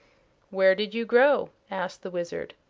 where did you grow? asked the wizard.